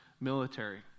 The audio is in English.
military